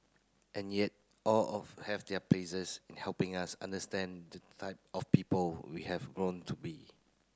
and yet all of have their places in helping us understand the type of people we have grown to be